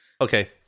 Okay